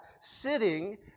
sitting